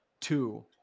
two